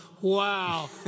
Wow